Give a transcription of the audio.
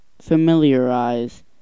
familiarize